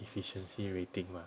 efficiency rating mah